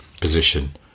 position